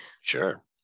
Sure